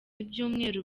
ibyumweru